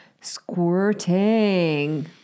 squirting